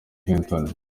clinton